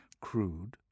crude